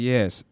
Yes